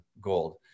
gold